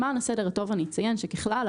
למען הסדר הטוב אני אציין שככלל,